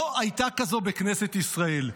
לא הייתה כזאת בכנסת ישראל.